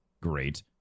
great